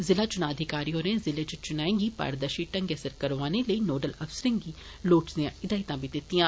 जिला चुनां अधिकारी होरें जिले च चुनाएं गी पारदर्शी ढंगै सिर करौआने लेई नोडल अफसरें गी लोड़चदियां हिदायतां बी दितियां